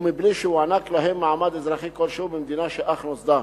ובלי שהוענק להם מעמד אזרחי כלשהו במדינה שאך נוסדה.